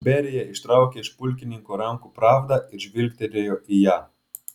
berija ištraukė iš pulkininko rankų pravdą ir žvilgtelėjo į ją